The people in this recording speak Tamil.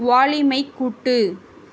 வால்யூமை கூட்டு